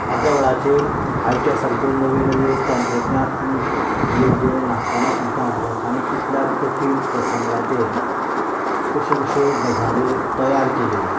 आदल्या वळाचेर आयच्या सारक्यो नव्यो नव्यो तंत्रज्ञान आनीक येवजोण्यो नास्ताना सुद्दां लोकांनी कितल्या कठीण प्रसंगाचेर कश्यो कश्यो गजाल्यो तयार केल्यो